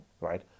right